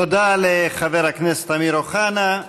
תודה לחבר הכנסת אמיר אוחנה.